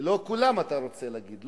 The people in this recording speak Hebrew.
לא כולם, אתה רוצה להגיד.